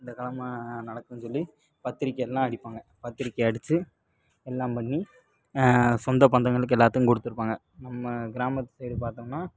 இந்த கெழம நடக்குன்னு சொல்லி பத்திரிக்கை எல்லாம் அடிப்பாங்க பத்திரிக்கை அடித்து எல்லாம் பண்ணி சொந்த பந்தங்களுக்கு எல்லாத்துக்கும் கொடுத்துருப்பாங்க நம்ம கிராமத்து சைடு பார்த்தோம்னா